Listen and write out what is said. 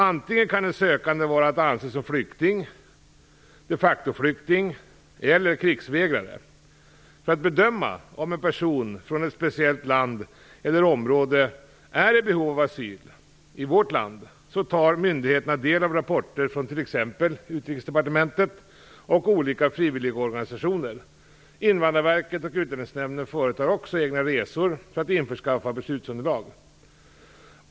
Den sökande kan vara att anse som flykting, de factoflykting eller krigsvägrare. För att bedöma om en person från ett speciellt land eller område är i behov av asyl i vårt land tar myndigheterna del av rapporter från t.ex. Utrikesdepartementet och olika frivilligorganisationer. Invandrarverket och Utlänningsnämnden företar också egna resor för att införskaffa beslutsunderlag.